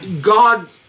God